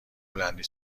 هلندی